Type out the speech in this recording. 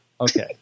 Okay